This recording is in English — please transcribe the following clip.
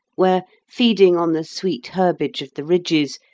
where, feeding on the sweet herbage of the ridges,